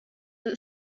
that